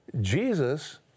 Jesus